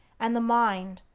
and the mind,